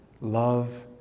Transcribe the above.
love